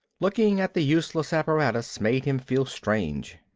looking at the useless apparatus made him feel strange.